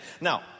now